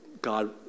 God